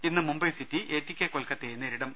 ഇന്ന് Mumbai city A T K കൊൽക്കത്തയെ നേരിടും